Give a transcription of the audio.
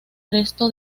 resto